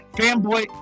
fanboy